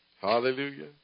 Hallelujah